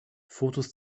fotos